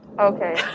Okay